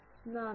നന്ദി